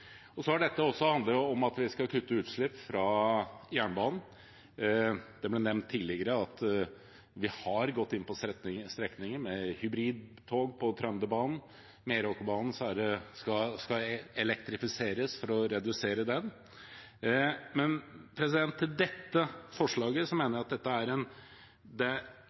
Så handler dette også om at vi skal kutte utslipp fra jernbanen. Det ble nevnt tidligere at vi har gått inn på strekninger – med hybridtog på Trønderbanen og elektrifisering av Meråkerbanen – for å redusere utslipp fra den. Til dette forslaget er det en todelt begrunnelse for Venstres stemmegivning. Det ene er at det er bra det